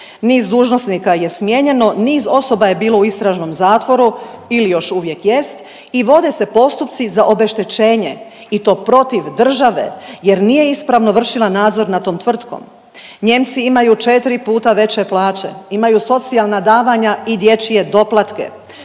Niz dužnosnika je smijenjeno, niz osoba je bilo u istražnom zatvoru ili još uvijek jest i vode se postupci za obeštećenja i to protiv države jer nije ispravno vršila nadzor nad tom tvrtkom. Nijemci imaju 4 puta veće plaće, imaju socijalna davanja i dječje doplatke